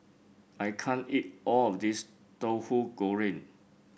I can't eat all of this Tauhu Goreng